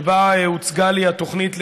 שבה הוצגה לי התוכנית,